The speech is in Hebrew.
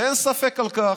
ואין ספק בכך,